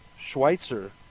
Schweitzer